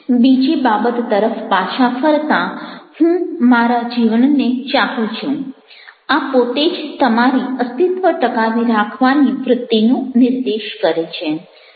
બીજી બાબત તરફ પાછા ફરતાં હું મારા જીવનને ચાહું છું આ પોતે જ તમારી અસ્તિત્વ ટકાવી રાખવાની વ્રુત્તિનો નિર્દેશ કરે છે